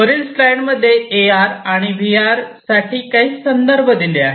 वरील स्लाईडमध्ये A R आणि व्ही आर साठी काही संदर्भ दिले आहेत